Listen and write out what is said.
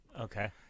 Okay